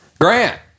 Grant